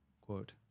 quote